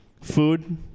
food